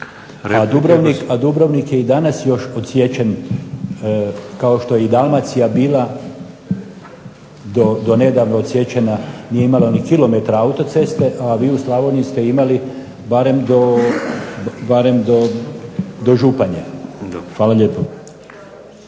A Dubrovnik je i danas još odsječen kao što je i Dalmacija bila do nedavno odsječena, nije imalo ni kilometra autoceste, a vi u Slavoniji ste imali barem do Županje. Hvala lijepo.